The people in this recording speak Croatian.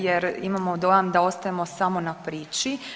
Jer imamo dojam da ostajemo samo na priči.